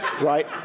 Right